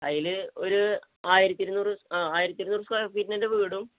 അതിലൊരു ആയിരത്തി ഇരുന്നൂറ് ആയിരത്തി ഇരുന്നൂറ് സ്ക്വയർ ഫീറ്റിന്റെ വീടും